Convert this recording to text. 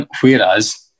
Whereas